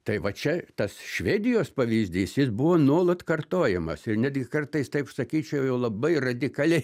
tai va čia tas švedijos pavyzdys jis buvo nuolat kartojamas ir netgi kartais taip sakyčiau jau labai radikaliai